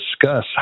discuss